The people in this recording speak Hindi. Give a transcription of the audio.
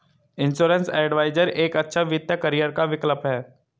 इंश्योरेंस एडवाइजर एक अच्छा वित्तीय करियर का विकल्प है